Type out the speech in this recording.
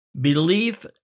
Belief